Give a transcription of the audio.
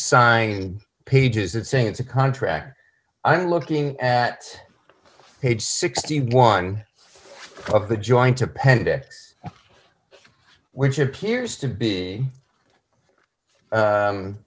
sign pages that say it's a contract i'm looking at page sixty one of the joint appendix which appears to be